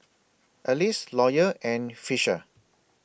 Alys Lawyer and Fisher